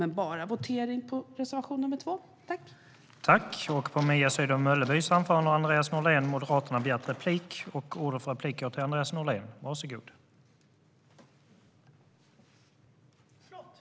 Jag yrkar dock bara bifall till reservation nr 2.